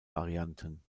varianten